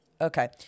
Okay